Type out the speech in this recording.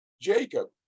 jacob